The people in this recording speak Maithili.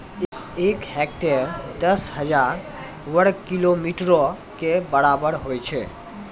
एक हेक्टेयर, दस हजार वर्ग मीटरो के बराबर होय छै